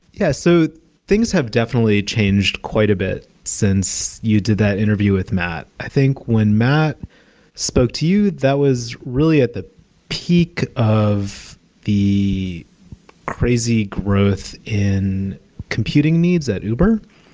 yeah. so things have definitely changed quite a bit since you did that interview with matt. i think when matt spoke to you, that was really at the peak of the crazy growth in computing needs at uber.